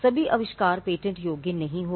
सभी आविष्कार पेटेंट योग्य नहीं हैं